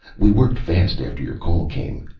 we worked fast after your call came!